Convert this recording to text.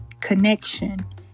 connection